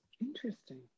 Interesting